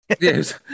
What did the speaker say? Yes